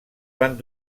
van